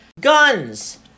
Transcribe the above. Guns